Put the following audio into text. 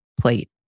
plate